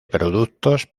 productos